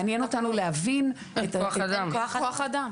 מעניין אותנו להבין --- כוח אדם,